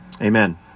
amen